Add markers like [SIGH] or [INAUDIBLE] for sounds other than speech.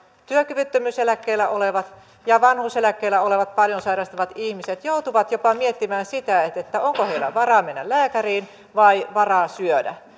työkyvyttömyyseläkkeellä olevat ja vanhuuseläkkeellä olevat paljon sairastavat ihmiset joutuvat jopa miettimään sitä onko heillä varaa mennä lääkäriin vai varaa syödä [UNINTELLIGIBLE]